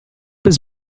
his